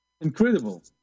incredible